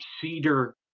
cedar